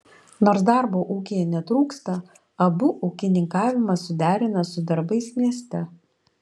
nors darbo ūkyje netrūksta abu ūkininkavimą suderina su darbais mieste